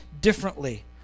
differently